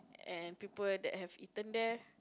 and people that have eaten there